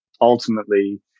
ultimately